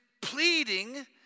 pleading